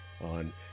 on